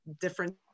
different